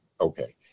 Okay